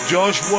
Josh